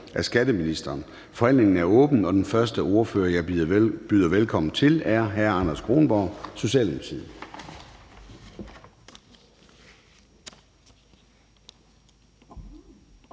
(Søren Gade): Forhandlingen er åbnet. Den første ordfører, jeg byder velkommen til, er hr. Anders Kronborg, Socialdemokratiet.